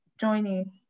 joining